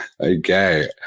Okay